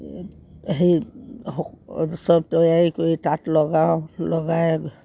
তৈয়াৰী কৰি তাঁত লগাওঁ লগাই